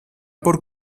por